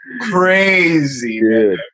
Crazy